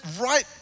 right